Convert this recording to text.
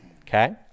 okay